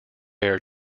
air